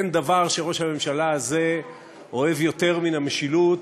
אין דבר שראש הממשלה הזה אוהב יותר מן המשילות.